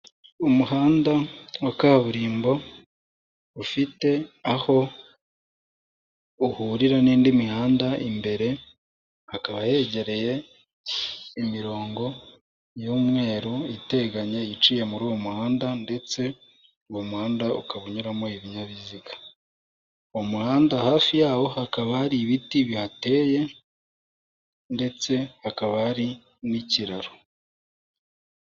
Umuhanda wa kaburimbo, ufite aho uhurira n'indi mihanda, imbere hakaba hegereye imirongo y'umweru iteganye iciye muri uwo muhanda ndetse uwo muhanda ukaba unyuramo ibinyabiziga. Uwo muhanda hafi yawo hakaba hari ibiti bihateye ndetse hakaba hari n'ikiraro.